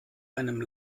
einem